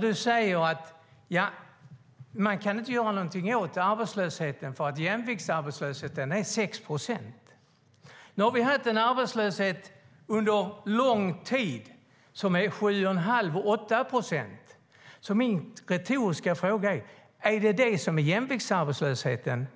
Du sade att man inte kan göra någonting åt arbetslösheten för att jämviktsarbetslösheten är 6 procent. Nu har vi haft en arbetslöshet under en lång tid på 7 1⁄2-8 procent. Min retoriska fråga är: Är det som är jämviktsarbetslösheten?